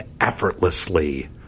effortlessly